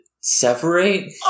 separate